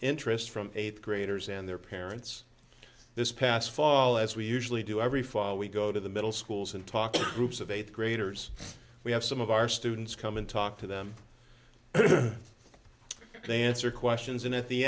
interest from eighth graders and their parents this past fall as we usually do every fall we go to the middle schools and talk to groups of eighth graders we have some of our students come and talk to them they answer questions and at the